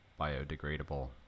biodegradable